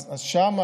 אז שם,